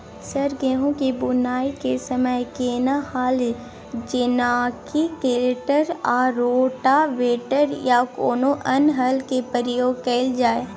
Sir गेहूं के बुआई के समय केना हल जेनाकी कल्टिवेटर आ रोटावेटर या कोनो अन्य हल के प्रयोग कैल जाए?